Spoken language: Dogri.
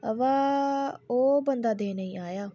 अबा ओह् बंदा देने गी आया